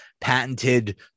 patented